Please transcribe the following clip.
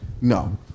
no